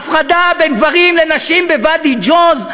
הפרדה בין גברים לנשים בוואדי-ג'וז,